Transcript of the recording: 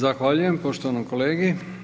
Zahvaljujem poštovanom kolegi.